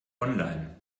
online